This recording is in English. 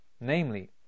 namely